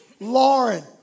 Lauren